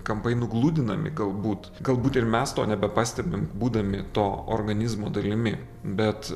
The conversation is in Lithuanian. kampai nugludinami galbūt galbūt ir mes to nebepastebim būdami to organizmo dalimi bet